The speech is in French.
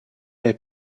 est